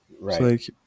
Right